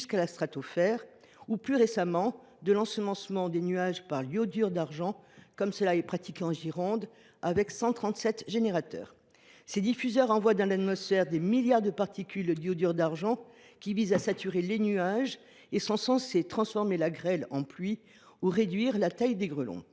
jusqu’à la stratosphère, ou, plus récemment, de l’ensemencement des nuages par l’iodure d’argent, comme cela est pratiqué en Gironde, où l’on compte 137 générateurs. Ces diffuseurs envoient dans l’atmosphère des milliards de particules d’iodure d’argent afin de saturer les nuages et de transformer la grêle en pluie ou de réduire la taille des grêlons.